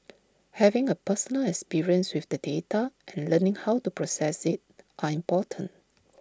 having A personal experience with the data and learning how to process IT are important